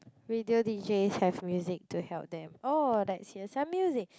radio D_J have music to help them oh let's hear some music